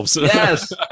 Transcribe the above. Yes